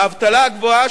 האבטלה הגבוהה,